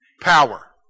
Power